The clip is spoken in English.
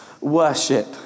worship